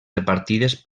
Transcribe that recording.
repartides